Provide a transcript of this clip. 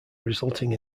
resulting